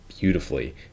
beautifully